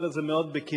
אומר את זה מאוד בכנות,